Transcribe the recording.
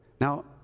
Now